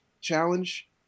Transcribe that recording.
challenge